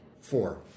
four